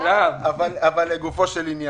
גם שההורים לא יצטרכו לשלם.